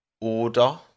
order